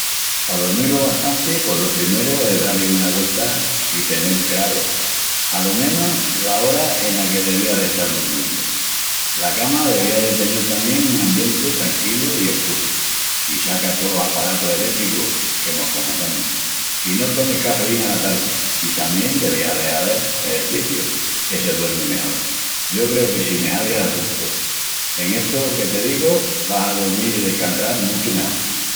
Pa dormil lo bastanti pos lo primeru es da-li una güelta i tenel craru alo menus la ora ena que devías d'estal durmiendu. La cama devía de tenel tamién un ambienti tranquilu i escuru. I saca tolos aparatus elétricus, que mos conocemus, i no tomis cafeína ala tardi. I tamién devías de hazel exerciciu, que se duermi mejol. Yo creu que si me hazis assuntu en estu que te digu vas a dormil i descansal muchu mejol.